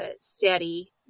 steady